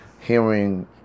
hearing